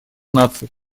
наций